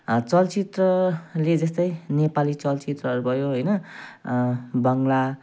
चलचित्रले जस्तै नेपाली चलचित्रहरू भयो होइन बङ्गला